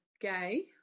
gay